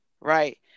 right